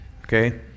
Okay